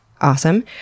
Awesome